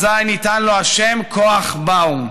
אזי ניתן לו השם "כוח באום".